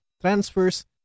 transfers